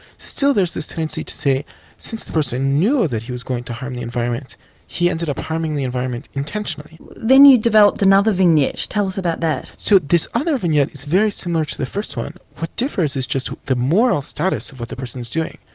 still there's this tendency to say since the person knew that he was going to harm the environment he ended up harming the environment intentionally. then you developed another vignette. tell us about that? so this other vignette is very similar to the first one. what differs is just the moral status of what the person is doing.